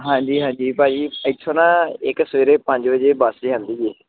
ਹਾਂਜੀ ਹਾਂਜੀ ਭਾਅ ਜੀ ਇੱਥੋਂ ਨਾ ਇੱਕ ਸਵੇਰੇ ਪੰਜ ਵਜੇ ਬੱਸ ਜਾਂਦੀ ਜੇ